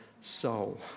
soul